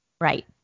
right